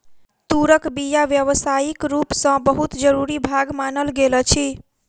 तूरक बीया व्यावसायिक रूप सॅ बहुत जरूरी भाग मानल गेल अछि